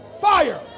fire